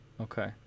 Okay